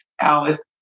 Alice